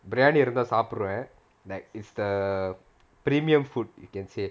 biryani இருந்தா சாப்பிட்டுருவேன்:irunthaa saapiduruvaen like is the premium food you can say